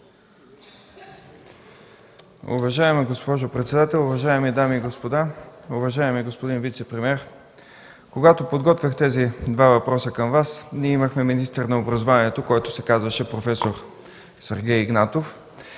Уважаема госпожо председател, уважаеми дами и господа! Уважаеми господин вицепремиер, когато подготвях тези два въпроса към Вас, ние имахме министър на образованието, който се казваше проф. Сергей Игнатов,